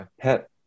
Pet